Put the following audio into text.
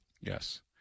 Yes